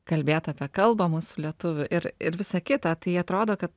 kalbėt apie kalbamus lietuvių ir ir visą kitą tai atrodo kad